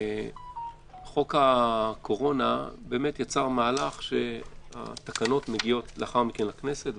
חוק הקורונה באמת יצר מהלך שהתקנות מגיעות לאחר מכן לכנסת.